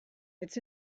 its